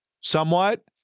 somewhat